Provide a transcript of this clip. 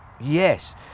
Yes